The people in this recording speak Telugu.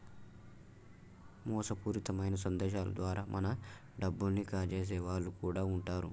మోసపూరితమైన సందేశాల ద్వారా మన డబ్బుల్ని కాజేసే వాళ్ళు కూడా వుంటరు